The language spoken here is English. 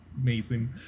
Amazing